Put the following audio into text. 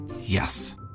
Yes